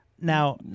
now